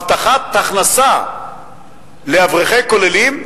הבטחת הכנסה לאברכי כוללים,